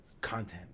content